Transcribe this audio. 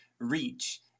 reach